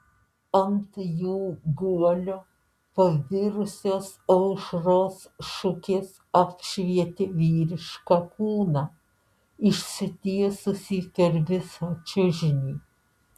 ant jų guolio pabirusios aušros šukės apšvietė vyrišką kūną išsitiesusį per visą čiužinį